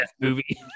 movie